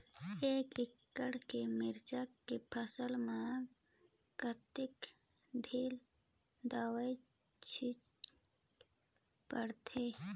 एक एकड़ के मिरचा के फसल म कतेक ढोल दवई छीचे पड़थे?